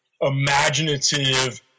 imaginative